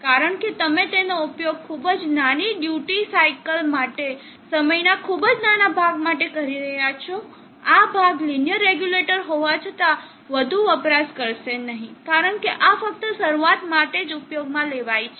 કારણ કે તમે તેનો ઉપયોગ ખૂબ જ નાની ડ્યુટી સાઇકલ માટે સમયના ખુબ જ નાના ભાગ માટે કરી રહ્યાં છો આ ભાગ લીનીઅર રેગ્યુલેટર હોવા છતાં વધુ વપરાશ કરશે નહીં કારણ કે આ ફક્ત શરૂઆત માટે જ ઉપયોગમાં લેવાય છે